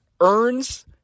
earns